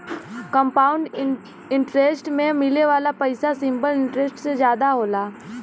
compound interest में मिले वाला पइसा सिंपल इंटरेस्ट से जादा होला